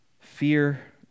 Fear